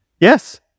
Yes